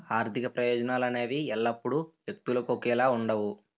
ఆర్థిక ప్రయోజనాలు అనేవి ఎల్లప్పుడూ వ్యక్తులకు ఒకేలా ఉండవు